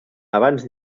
abans